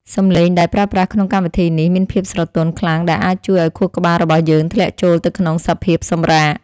សំឡេងដែលប្រើប្រាស់ក្នុងកម្មវិធីនេះមានភាពស្រទន់ខ្លាំងដែលអាចជួយឱ្យខួរក្បាលរបស់យើងធ្លាក់ចូលទៅក្នុងសភាពសម្រាក។